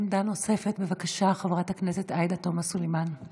עמדה נוספת, בבקשה, חברת הכנסת עאידה תומא סלימאן.